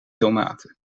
tomaten